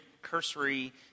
cursory